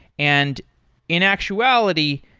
and in actuality,